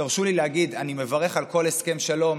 תרשו לי להגיד שאני מברך על כל הסכם שלום,